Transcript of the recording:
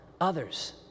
others